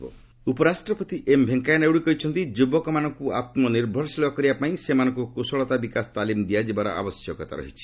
Andhra VP ଉପରାଷ୍ଟ୍ରପତି M Venkaiah Naidu କହିଛନ୍ତି ଯୁବକମାନଙ୍କୁ ଆତ୍ମ ନିର୍ଭରଶୀଳ କରିବା ପାଇଁ ସେମାନଙ୍କୁ କୁଶଳତା ବିକାଶ ତାଲିମ ଦିଆଯିବାର ଆବଶ୍ୟକତା ରହିଛି